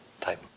type